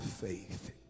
faith